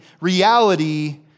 reality